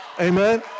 Amen